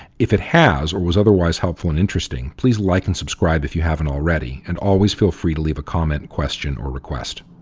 if it has or was otherwise helpful and interesting, please like and subscribe if you haven't already and always feel free to leave a comment, question or request.